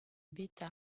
bêta